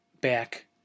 back